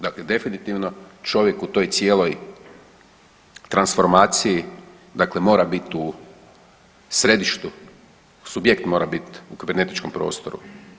Dakle, definitivno čovjek u toj cijeloj transformaciji dakle mora biti u središtu, subjekt mora biti u kibernetičkom prostoru.